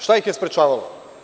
Šta ih je sprečavalo?